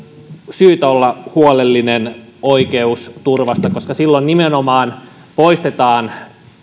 syytä olla huolellinen oikeusturvasta ellei sinne tule yleisen edun valvontaelintä koska silloin nimenomaan poistetaan